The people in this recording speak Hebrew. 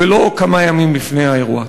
ולא כמה ימים לפני האירוע.